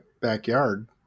backyard